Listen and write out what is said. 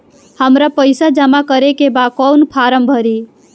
हमरा पइसा जमा करेके बा कवन फारम भरी?